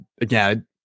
again